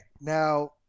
now